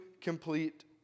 complete